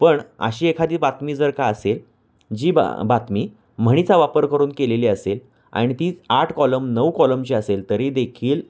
पण अशी एखादी बातमी जर का असेल जी ब बातमी म्हणीचा वापर करून केलेली असेल आणि ती आठ कॉलम नऊ कॉलमची असेल तरीदेखील